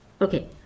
okay